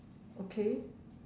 okay